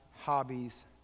hobbies